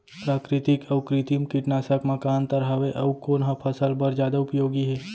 प्राकृतिक अऊ कृत्रिम कीटनाशक मा का अन्तर हावे अऊ कोन ह फसल बर जादा उपयोगी हे?